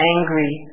Angry